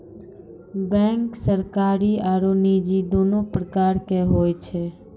bank सरकारी आरो निजी दोनो प्रकार के होय छै